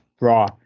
raw